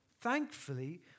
thankfully